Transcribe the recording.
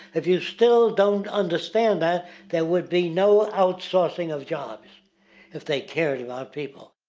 if you still don't understand that there would be no outsourcing of jobs if they cared about people.